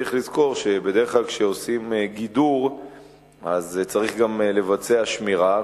צריך לזכור שבדרך כלל כשעושים גידור צריך גם לבצע שמירה.